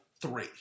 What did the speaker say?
three